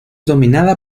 dominada